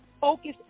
focus